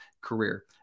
career